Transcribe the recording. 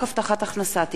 הודעה למזכירת הכנסת, בבקשה.